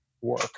work